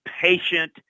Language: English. patient